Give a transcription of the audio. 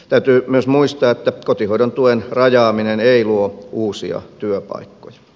täytyy myös muistaa että kotihoidon tuen rajaaminen ei luo uusia työpaikkoja